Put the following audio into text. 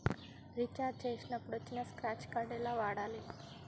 Recharge చేసినప్పుడు వచ్చిన scratch card ఎలా వాడాలి?